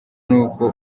n’uko